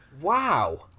Wow